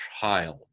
child